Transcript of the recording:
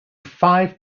five